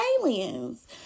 aliens